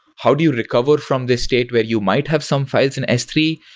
how do you recover from this state where you might have some files in s three,